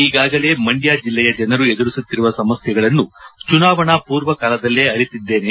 ಈಗಾಗಲೇ ಮಂಡ್ಯ ಜಿಲ್ಲೆಯ ಜನರು ಎದುರಿಸುತ್ತಿರುವ ಸಮಸ್ಥೆಗಳನ್ನು ಚುನಾವಣಾ ಪೂರ್ವ ಕಾಲದಲ್ಲೇ ಅರಿತಿದ್ದೇನೆ